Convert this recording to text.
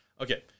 Okay